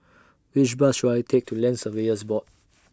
Which Bus should I Take to Land Surveyors Board